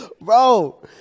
Bro